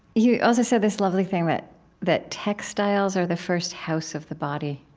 you also said this lovely thing that that textiles are the first house of the body